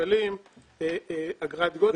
שקלים אגרת גודש.